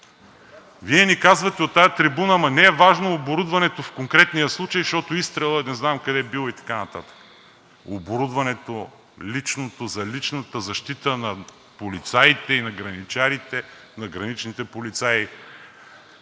Вие ни казвате от тази трибуна: ама не е важно оборудването в конкретния случай, защото изстрелът не знам къде бил и така нататък. Личното оборудване за личната защита на полицаите и на граничарите, на граничните полицаи